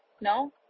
No